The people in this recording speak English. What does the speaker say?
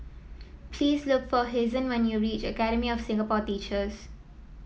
please look for Hazen when you reach Academy of Singapore Teachers